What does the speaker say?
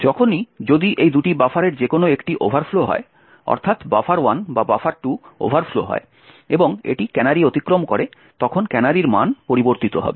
যখনই যদি এই দুটি বাফারের যে কোনও একটি ওভারফ্লো হয় অর্থাৎ buffer1 বা buffer2 ওভারফ্লো হয় এবং এটি ক্যানারি অতিক্রম করে তখন ক্যানারির মান পরিবর্তিত হবে